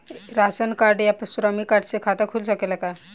Ration card या श्रमिक card से खाता खुल सकेला का?